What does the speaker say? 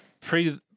pre